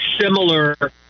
similar